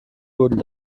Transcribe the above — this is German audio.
wurden